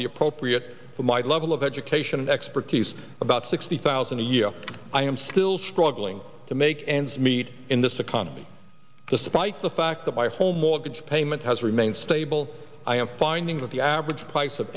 be appropriate for my level of education expertise about sixty thousand a year i am still struggling to make ends meet in this economy despite the fact that my home mortgage payment has remained stable i am finding that the average price of